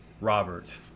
robert